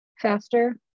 faster